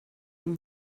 ihm